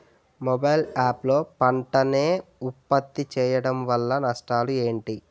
Mobile app లో పంట నే ఉప్పత్తి చేయడం వల్ల నష్టాలు ఏంటి?